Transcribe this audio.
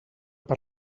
per